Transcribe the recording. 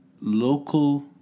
Local